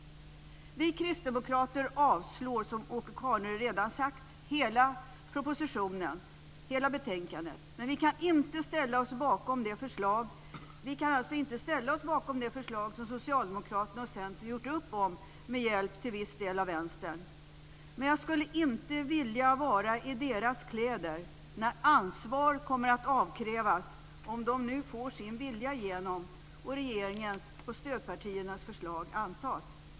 Vi kristdemokrater avstyrker, som Åke Carnerö redan har sagt, hela propositionen, hela betänkandet. Vi kan inte ställa oss bakom det förslag som Socialdemokraterna och Centern har gjort upp om med viss hjälp av Vänstern. Men jag skulle inte vilja vara i deras kläder när ansvar kommer att avkrävas, om de nu får sin vilja igenom och regeringens och stödpartiernas förslag antas.